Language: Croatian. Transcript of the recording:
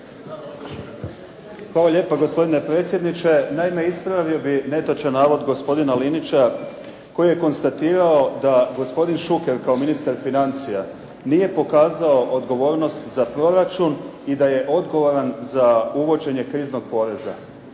Hvala lijepa gospodine predsjedniče. Naime, ispravio bih netočan navod gospodina Linića koji je konstatirao da gospodin Šuker kao ministar financija nije pokazao odgovornost za proračun i da je odgovoran za uvođenje kriznog poreza.